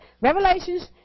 Revelations